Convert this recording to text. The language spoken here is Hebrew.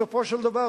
בסופו של דבר,